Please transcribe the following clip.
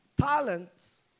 talents